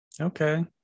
Okay